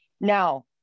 Now